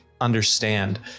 understand